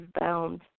bound